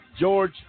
George